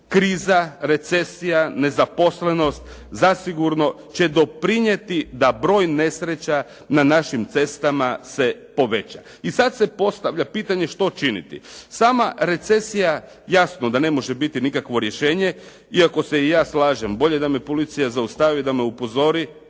kriza, recesija, nezaposlenost zasigurno će doprinijeti da broj nesreća na našim cestama se poveća. I sada se postavlja pitanje što činiti? Sama recesija, jasno da ne može biti nikakvo rješenje. Iako se i ja slažem, bolje da me policija zaustavi, da me upozori,